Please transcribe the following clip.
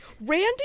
Randy